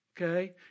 okay